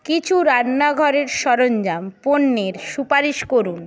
কিছু রান্নাঘরের সরঞ্জাম পণ্যের সুপারিশ করুন